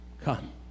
come